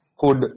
hood